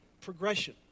progression